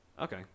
Okay